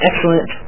excellent